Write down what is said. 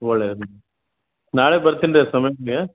ಒಳ್ಳೇದು ನಾಳೆ ಬರ್ತಿನಿ ರೀ ಸವೆನ್ನಿಗೆ